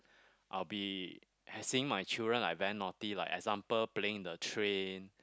I will be seeing my children like very naughty like example playing in the train